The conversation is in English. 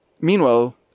meanwhile